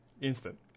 Instant